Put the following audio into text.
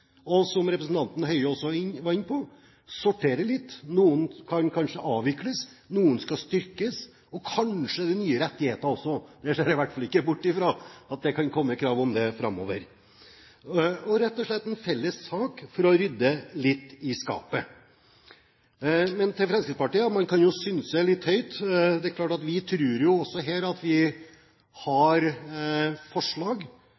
og som representanten Høie også var inne på, sorterer litt. Noen kan kanskje avvikles, noen skal styrkes. Kanskje det blir nye rettigheter også – jeg ser i hvert fall ikke bort fra at det kan komme krav om det framover. Dette er rett og slett en felles sak for å rydde litt i skapet. Fremskrittspartiet kan jo synse litt høyt, for vi tror her at vi